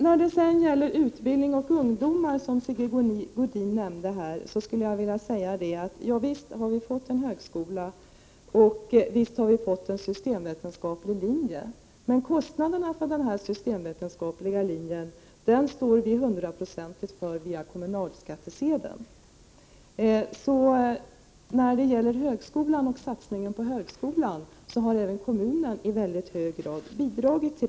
När det gäller utbildning av ungdomar, något som Sigge Godin nämnde, skulle jag vilja säga: Ja visst har vi fått en högskola, och visst har vi fått en systemvetenskaplig linje, men kostnaderna för denna systemvetenskapliga linje står vi hundraprocentigt för via kommunalskatten. Så när det gäller satsningen på högskolan har även kommunen i mycket hög grad bidragit.